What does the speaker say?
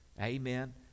Amen